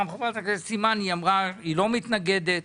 גם חברת הכנסת אימאן אמרה שהיא לא מתנגדת.